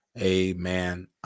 amen